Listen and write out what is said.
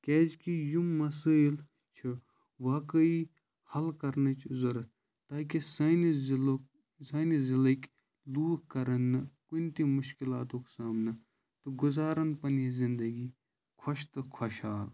کیٛازِکہِ یِم مسٲیِل چھِ واقعی حل کَرنٕچ ضوٚرَتھ تاکہِ سانہِ ضِلُک سانہِ ضِلٕکۍ لوٗکھ کَران نہٕ کُنہِ تہِ مُشکِلاتُک سامنہٕ تہٕ گُزاران پنٕنۍ زندگی خۄش تہٕ خۄشحال